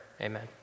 Amen